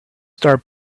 start